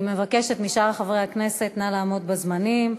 אני מבקשת משאר חברי הכנסת: נא לעמוד בזמנים.